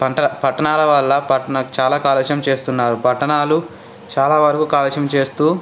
పంట పట్టణాలు వల్ల పట్టణా చాలా కాలుష్యం చేస్తున్నారు పట్టణాలు చాలా వరకు కాలుష్యం చేస్తూ